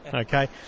okay